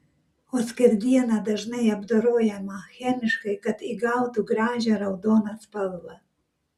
o skerdiena dažnai apdorojama chemiškai kad įgautų gražią raudoną spalvą